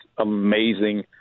amazing